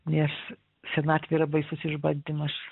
nes senatvė yra baisus išbandymas